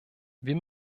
wir